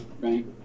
right